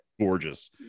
gorgeous